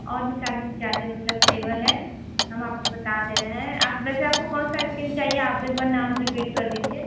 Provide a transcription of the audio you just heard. और भी ज़्यादे ज़्यादा मतलब फ़्लेवर है हम आपको बता दे रहे हैं आप वैसे आपको कौन सा आइसक्रीम चाहिए आप एक बार नाम रिपीट कर दीजिए